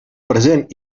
present